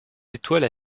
étoiles